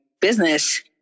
business